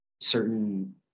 certain